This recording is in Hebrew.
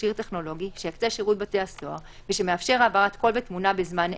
מכשיר טכנולוגי שיקצה שירות בתי הסוהר ושמאפשר העברת קול ותמונה בזמן אמת,